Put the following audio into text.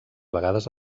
vegades